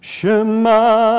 Shema